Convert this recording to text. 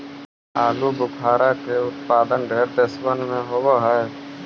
आलूबुखारा के उत्पादन ढेर देशबन में होब हई